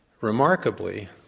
Remarkably